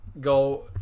go